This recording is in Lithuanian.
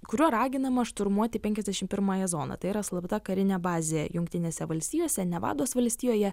kuriuo raginama šturmuoti penkiasdešimt pirmąją zoną tai yra slapta karinė bazė jungtinėse valstijose nevados valstijoje